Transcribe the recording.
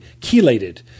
chelated